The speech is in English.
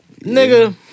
nigga